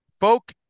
folk